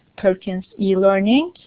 perkins elearning,